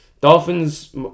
Dolphins